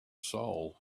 soul